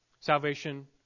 Salvation